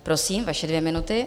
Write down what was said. Prosím, vaše dvě minuty.